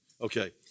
Okay